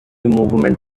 movement